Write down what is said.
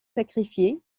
sacrifiés